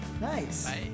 nice